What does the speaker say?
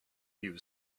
you